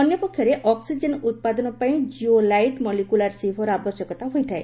ଅନ୍ୟପକ୍ଷରେ ଅକ୍ବିଜେନ୍ ଉପାଦନ ପାଇଁ ଜିଓ ଲାଇଟ୍ ମଲିକ୍ୟୁଲାର ସିଭ୍ର ଆବଶ୍ୟକତା ହୋଇଥାଏ